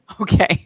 Okay